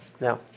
Now